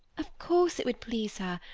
of course it would please her.